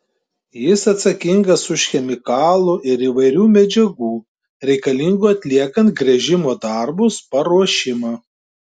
jis atsakingas už chemikalų ir įvairių medžiagų reikalingų atliekant gręžimo darbus paruošimą